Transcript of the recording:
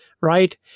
right